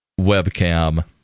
Webcam